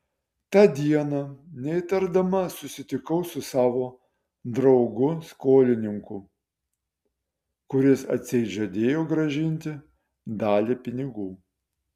tą dieną neįtardama susitikau su savo draugu skolininku kuris atseit žadėjo grąžinti dalį pinigų